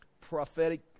prophetic